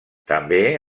també